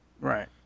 Right